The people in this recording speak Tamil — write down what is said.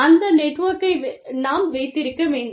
அந்த நெட்வொர்க்கை நாம் வைத்திருக்க வேண்டும்